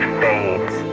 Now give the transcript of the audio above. fades